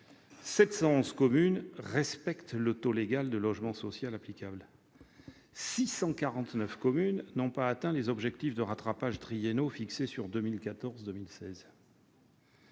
711 communes ont respecté le taux légal de logement social applicable, 649 communes n'ont pas atteint les objectifs de rattrapage triennaux fixés sur la